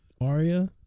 Arya